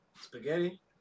Spaghetti